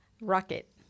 Rocket